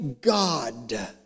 God